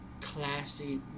classy